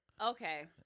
Okay